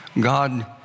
God